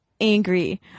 angry